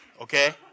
Okay